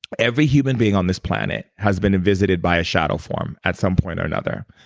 every human being on this planet has been visited by a shadow form at some point or another.